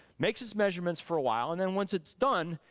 makes its measurements for a while and then once it's done,